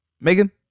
Megan